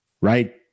right